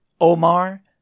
Omar